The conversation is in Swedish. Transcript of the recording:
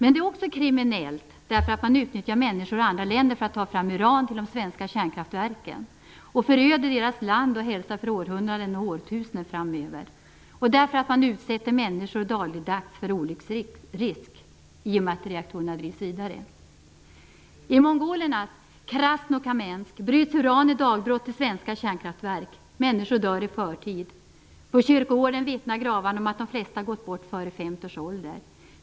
Det är också "kriminellt" därför att man utnyttjar människor i andra länder för att ta fram uran till de svenska kärnkraftverken. Vi föröder deras land och hälsa för århundraden och årtusenden framöver. Eftersom reaktorerna drivs vidare utsätter vi dagligdags människor för olycksrisk. I mongolernas Krasnokamensk bryts uran i dagbrott till svenska kärnkraftverk. Människor dör i förtid. På kyrkogården vittnar gravstenarna om att de flesta har gått bort före 50 års ålder.